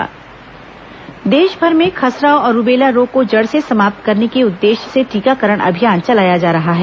टीकाकरण अभियान देशभर में खसरा और रूबेला रोग को जड़ से समाप्त करने के उद्देश्य से टीकाकरण अभियान चलाया जा रहा है